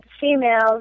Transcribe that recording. females